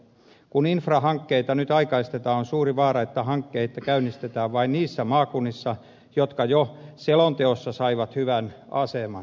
kun infrahankkeita nyt aikaistetaan on suuri vaara että hankkeita käynnistetään vain niissä maakunnissa jotka jo selonteossa saivat hyvän aseman